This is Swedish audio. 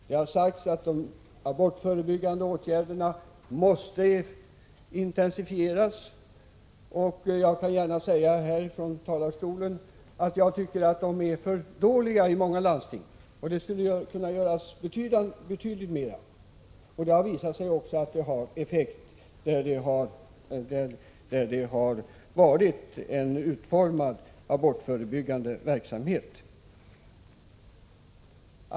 Det har också sagts att de abortförebyggande åtgärderna måste intensifieras, och jag kan gärna säga härifrån talarstolen att jag tycker att de är för dåliga i många landsting. Det skulle kunna göras betydligt mera. Det har också visat sig att en ordentligt utbyggd abortförebyggande verksamhet har effekt.